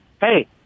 hey